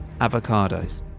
avocados